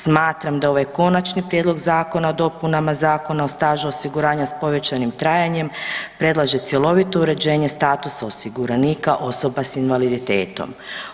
Smatram da ovaj konačni prijedlog zakona o dopunama Zakona o stažu osiguranja s povećanim trajanjem predlaže cjelovito uređenje statusa osiguranika osoba s invaliditetom.